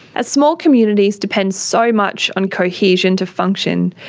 as small communities depend so much on cohesion to function,